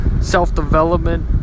self-development